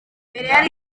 yari